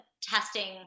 testing